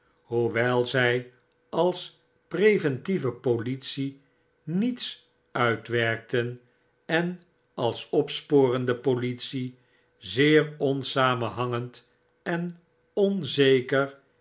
hoewel zjj als preventieve politie niets uitwerkten en als opsporende politie zeer onaraenhangend enonzeker